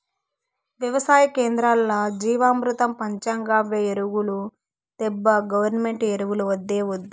వెవసాయ కేంద్రాల్ల జీవామృతం పంచగవ్య ఎరువులు తేబ్బా గవర్నమెంటు ఎరువులు వద్దే వద్దు